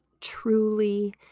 truly